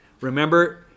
remember